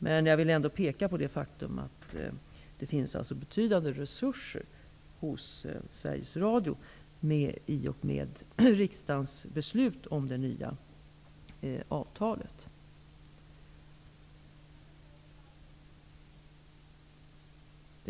Men jag vill ändå peka på det faktum att det finns betydande resurser hos Svergies Radio i och med riksdagens beslut om det nya avtalet.